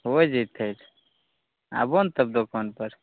हो जेतै आबौ ने तब दोकानपर